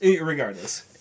regardless